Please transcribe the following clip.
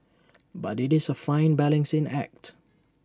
but IT is A fine balancing act